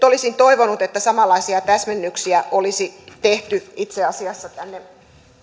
olisin toivonut että samanlaisia täsmennyksiä olisi tehty itse asiassa tänne